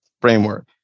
Framework